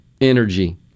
energy